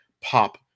pop